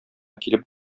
килеп